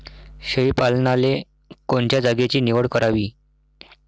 शेळी पालनाले कोनच्या जागेची निवड करावी?